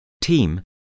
team